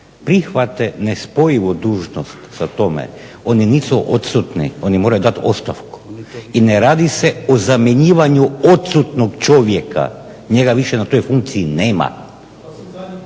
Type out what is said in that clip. prihvate nespojivu dužnost sa tome oni nisu odsutni. Oni moraju dati ostavku i ne radi se o zamjenjivanju odsutnog čovjeka. Njega više na toj funkciji nema.